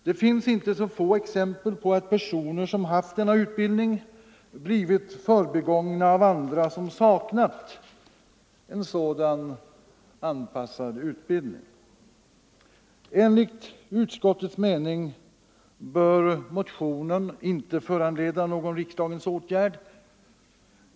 Det finns inte så få exempel på att personer, som har haft denna utbildning, har blivit förbigångna av andra, som har saknat en sådan anpassad utbildning. Enligt utskottets mening bör motionen icke föranleda någon riksdagens åtgärd.